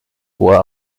hoher